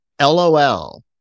LOL